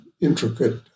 intricate